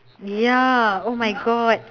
ya oh my god